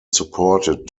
supported